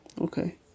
Okay